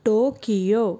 Tokyo